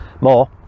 more